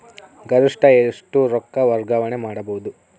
ಗರಿಷ್ಠ ಎಷ್ಟು ರೊಕ್ಕ ವರ್ಗಾವಣೆ ಮಾಡಬಹುದು?